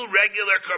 regular